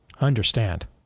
understand